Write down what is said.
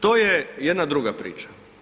To je jedna druga priča.